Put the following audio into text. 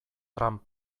trump